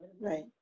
Right